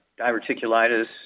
diverticulitis